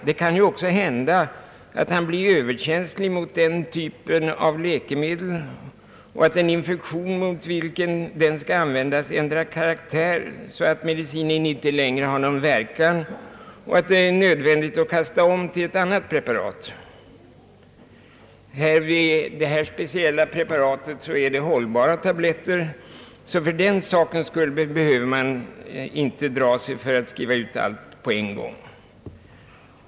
Det kan också hända att man blir överkänslig mot denna typ av läkemedel eller att den infektion, mot vilken det skall användas, ändrar karaktär så att medicinen inte längre har någon verkan och det blir nödvändigt att skifta till ett annat preparat. Detta speciella preparat är hållbara tabletter, så att man fördenskull inte behöver dra sig för att skriva ut allt på en gång.